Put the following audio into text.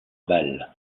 balles